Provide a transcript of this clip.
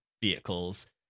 vehicles